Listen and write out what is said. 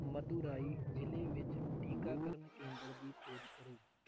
ਮਦੁਰਾਈ ਜ਼ਿਲ੍ਹੇ ਵਿੱਚ ਟੀਕਾਕਰਨ ਕੇਂਦਰ ਦੀ ਖੋਜ ਕਰੋ